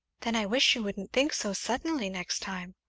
then i wish you wouldn't think so suddenly next time.